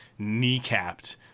kneecapped